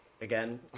again